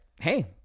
hey